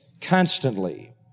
constantly